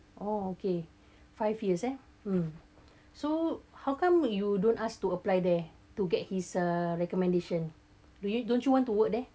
oh okay five years eh mm so how come you don't asked to apply there to get his uh recommendation do you don't you want to work there